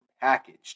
packaged